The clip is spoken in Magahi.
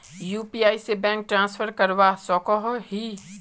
यु.पी.आई से बैंक ट्रांसफर करवा सकोहो ही?